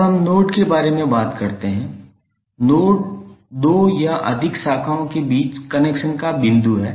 अब हम नोड के बारे में बात करते हैं नोड दो या अधिक शाखाओं के बीच कनेक्शन का बिंदु है